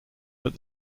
but